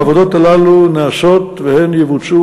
העבודות הללו נעשות, והן יבוצעו.